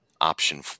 option